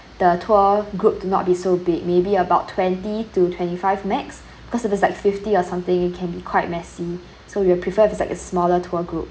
the tour group to not be so big maybe about twenty to twenty five max cause if it's like fifty or something it can be quite messy so we'll prefer if it's like a smaller tour group